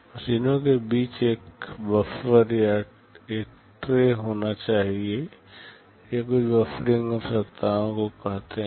मशीनों के बीच एक बफर या एक ट्रे होनी चाहिए ये कुछ बफ़रिंग आवश्यकताओं को कहते हैं